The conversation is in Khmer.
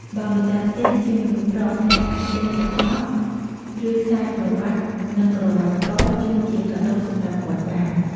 បើម្ចាស់ផ្ទះជាមនុស្សប្រុស អ្នកអាចទិញទឹកអប់ ឬខ្សែក្រវ៉ាត់ និងក្រវ៉ាត់ក ជូនជាកាដូរសម្រាប់គាត់បាន។